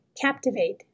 Captivate